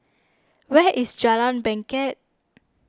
where is Jalan Bangket